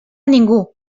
ningú